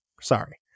Sorry